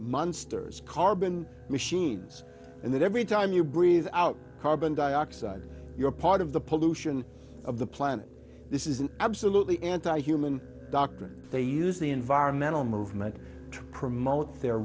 munster's carbon machines and that every time you breathe out carbon dioxide you're part of the pollution of the planet this is an absolutely anti human doctrine they use the environmental movement to promote the